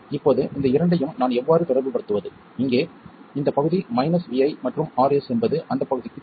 இப்போது இந்த இரண்டையும் நான் எவ்வாறு தொடர்புபடுத்துவது இங்கே இந்த பகுதி - Vi மற்றும் Rs என்பது அந்த பகுதிக்கு சமம்